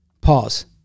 Pause